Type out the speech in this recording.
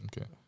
Okay